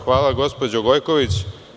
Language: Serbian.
Hvala, gospođo Gojković.